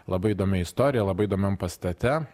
labai įdomia istorija labai įdomiam pastate